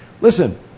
Listen